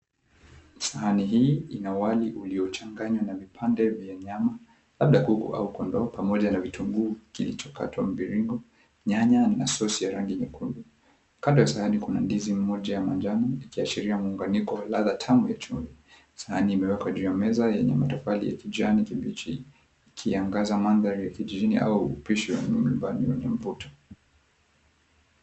Sahani hii ina wali uliochanganywa na vipande vya nyama labda kuku au kondoo pamoja na vitunguu kilichokatwa mviringo, nyanya ina sosi ya rangi nyekundu, kando ya sahani kuna ndizi moja ya manjano ikiashiria muunganiko wa ladha tamu ya chumvi, sahani imewekwa juu ya meza yenye matofali ya kijani kibichi ikiangaza mandhari ya kijijini au upishi wa nyumbani wenye mvuto.